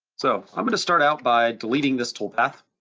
so i'm gonna start out by deleting this toolpath,